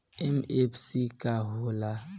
MFC का हो़ला?